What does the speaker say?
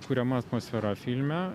kuriama atmosfera filme